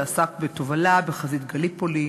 שעסק בתובלה בחזית גליפולי,